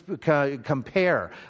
compare